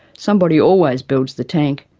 somebody always builds the tank,